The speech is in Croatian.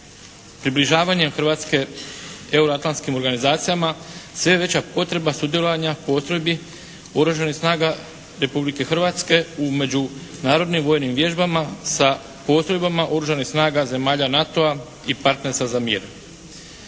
približavanjem Hrvatske euro-atlanskim organizacijama sve je veća potreba sudjelovanja postrojbi oružanih snaga Republike Hrvatske u međunarodnim vojnim vježbama sa postrojbama oružanih snaga zemalja NATO-a i Partnerstva za mir.